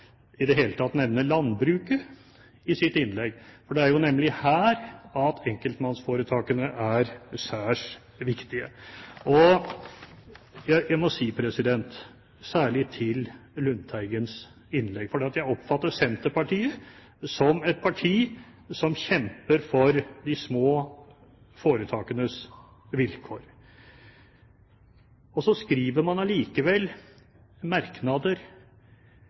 i det hele tatt nevnte landbruket i sitt innlegg, for det er nemlig der enkeltmannsforetakene er særs viktige. Jeg må si, særlig til Lundteigens innlegg, for jeg oppfatter Senterpartiet som et parti som kjemper for de små foretakenes vilkår, at likevel skriver man merknader